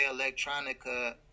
Electronica